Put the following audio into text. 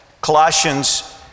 Colossians